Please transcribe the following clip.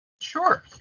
Sure